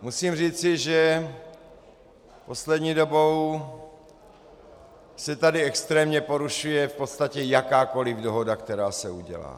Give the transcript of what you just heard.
Musím říci, že poslední dobou se tady extrémně porušuje v podstatě jakákoliv dohoda, která se udělá.